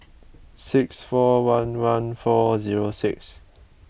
six four one one four zero six